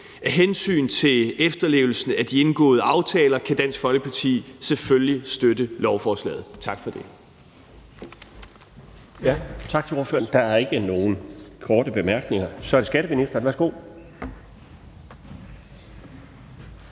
Af hensyn til efterlevelsen af de indgåede aftaler kan Dansk Folkeparti selvfølgelig støtte lovforslaget. Tak for ordet.